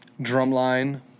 Drumline